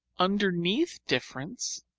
underneath difference,